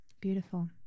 Beautiful